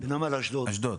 נמל אשדוד.